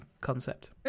concept